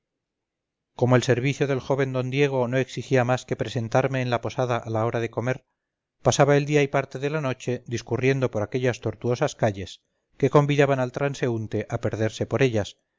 como el servicio del joven d diego no exigía más que presentarme en la posada a la hora de comer pasaba el día y parte de la noche discurriendo por aquellas tortuosas calles que convidan al transeúnte a perderse por ellas